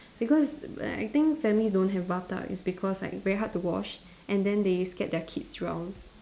because like I think families don't have bathtub is because like very hard to wash and then they scared their kids drown